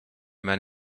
men